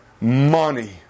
money